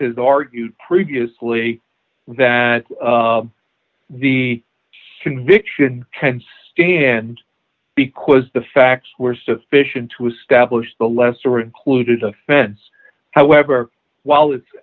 has argued previously that the conviction can stand because the facts were sufficient to establish the lesser included offense however while it's